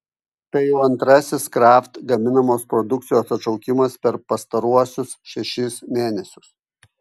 tai jau antrasis kraft gaminamos produkcijos atšaukimas per pastaruosius šešis mėnesius